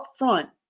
upfront